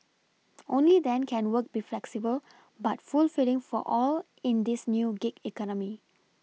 only then can work be flexible but fulfilling for all in this new gig economy